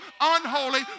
unholy